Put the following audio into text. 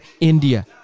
India